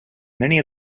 many